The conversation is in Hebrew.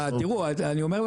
זה לא משמעותי,